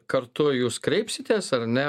kartu jūs kreipsitės ar ne